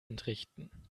entrichten